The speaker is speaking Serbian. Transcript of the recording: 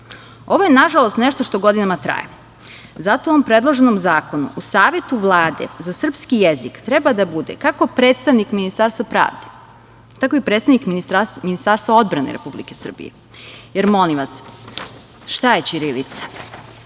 je, nažalost, nešto što godinama traje. Zato u ovom predloženom zakonu u Savetu Vlade za srpski jezik treba da bude kako predstavnik Ministarstva pravde, tako i predstavnik Ministarstva odbrane Republike Srbije jer, molim vas, šta je ćirilica?